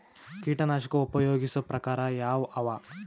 ಕೀಟನಾಶಕ ಉಪಯೋಗಿಸೊ ಪ್ರಕಾರ ಯಾವ ಅವ?